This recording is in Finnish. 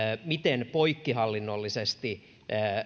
miten poikkihallinnollisesti